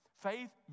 Faith